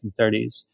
1930s